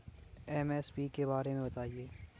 MSP के बारे में बतायें?